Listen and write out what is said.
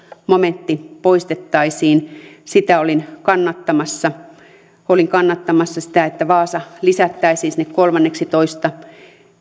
momentti poistettaisiin sitä olin kannattamassa olin kannattamassa sitä että vaasa lisättäisiin sinne kolmanneksitoista